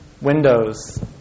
Windows